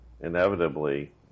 inevitably